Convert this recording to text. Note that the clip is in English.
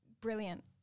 Brilliant